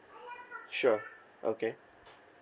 sure okay